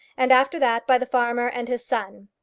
and after that by the farmer and his son.